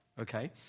okay